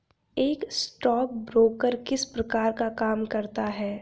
एक स्टॉकब्रोकर किस प्रकार का काम करता है?